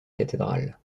cathédrale